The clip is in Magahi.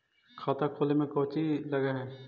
खाता खोले में कौचि लग है?